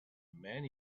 man